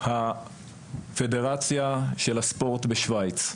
והפדרציה של הספורט בשוויץ.